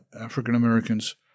African-Americans